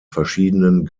verschiedenen